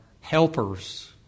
helpers